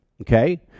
Okay